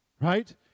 right